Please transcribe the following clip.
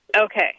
Okay